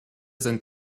sind